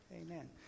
Amen